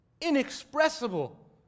inexpressible